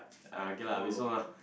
uh okay lah